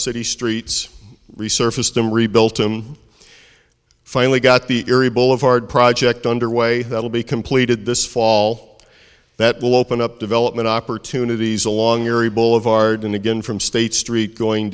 city streets resurfaced them rebuilt i'm finally got the area boulevard project underway that will be completed this fall that will open up development opportunities along area boulevard and again from state street going